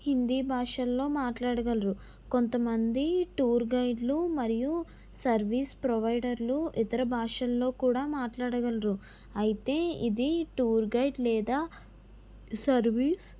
హిందీ భాషల్లో మాట్లాడగలరు కొంతమంది టూర్ గైడ్లు మరియు సర్వీస్ ప్రొవైడర్లు ఇతర భాషల్లో కూడా మాట్లాడగలరు అయితే ఇది టూర్ గైడ్ లేదా సర్వీస్